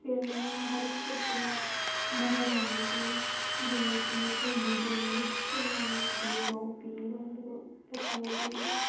ਫਿਰ ਮੈਨੂੰ ਹਰ ਇੱਕ ਸਬਜ਼ੀਆਂ ਬਣਾਉਣੀ ਆਉਂਦੀ ਸੀ ਜਿਵੇਂ ਕਿ ਭਿੰਡੀ ਦੀ ਸ਼ਿਮਲਾ ਮਿਰਚ ਦੀ ਗੋਭੀ ਬੰਦ ਗੋਭੀ ਪੱਤਾ ਗੋਭੀ ਦੀ